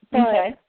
Okay